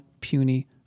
puny